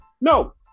no